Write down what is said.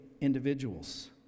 individuals